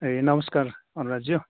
ए नमस्कार अनुराजज्यू